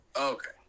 Okay